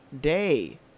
day